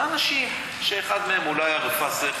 אלו אנשים שאחד מהם אולי היה רפה שכל,